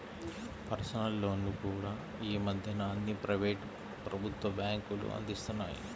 personal లోన్లు కూడా యీ మద్దెన అన్ని ప్రైవేటు, ప్రభుత్వ బ్యేంకులూ అందిత్తన్నాయి